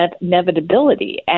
inevitability